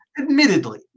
admittedly